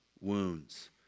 wounds